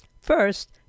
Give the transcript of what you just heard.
First